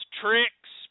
tricks